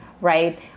right